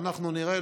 ואנחנו נראה.